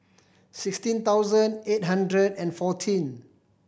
sixteen thousand eight hundred and fourteen